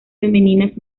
femeninas